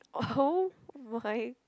oh my